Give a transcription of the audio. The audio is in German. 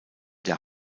der